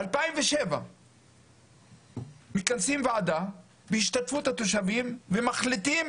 2007 מכנסים ועדה בהשתתפות התושבים ומחליטים